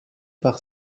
par